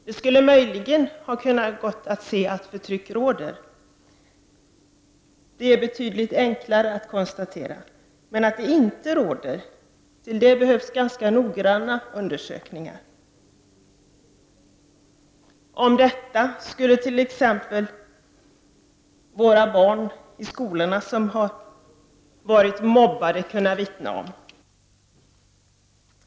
Det skulle möjligen ha kunnat gå att se att förtryck råder. Det är betydligt enklare att konstatera. Men för att konstatera att förtryck inte råder behövs det ganska noggranna undersökningar. Om detta skulle t.ex. våra barn som har varit mobbade i skolan kunna vittna.